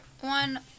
one